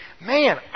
Man